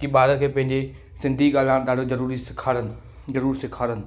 कि ॿार खे पंहिंजे सिंधी ॻाल्हाइणु ॾाढो ज़रूरी सेखारीनि ज़रूरु सेखारीनि